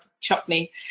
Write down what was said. chutney